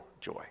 joy